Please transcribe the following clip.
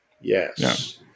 yes